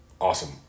awesome